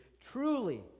Truly